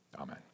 Amen